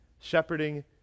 Shepherding